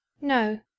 No